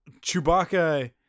Chewbacca